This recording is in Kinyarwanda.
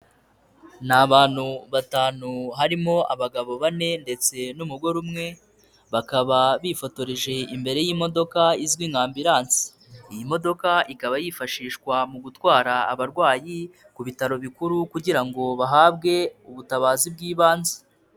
Ni abantu batanu harimo abagabo bane ndetse n'umugore umwe bakaba bifotoreje imbere y'imodoka izwi nka ambulance, iyi modoka ikaba yifashishwa mu gutwara abarwayi ku bitaro bikuru kugira ngo bahabwe ubutabazi bw'ibanze.